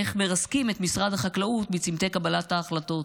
איך מרסקים את משרד החקלאות בצומתי קבלת ההחלטות,